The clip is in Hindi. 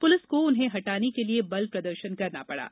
पुलिस को उन्हें हटाने के लिए बल प्रदर्षन करना पड़ा